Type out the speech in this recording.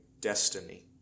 destiny